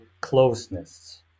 closeness